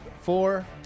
Four